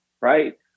right